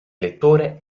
lettore